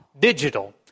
digital